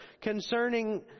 concerning